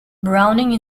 browning